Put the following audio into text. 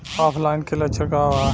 ऑफलाइनके लक्षण क वा?